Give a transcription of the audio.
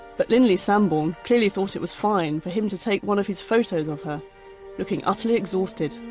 but linley sambourne clearly thought it was fine for him to take one of his photos of her looking utterly exhausted.